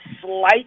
slight